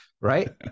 Right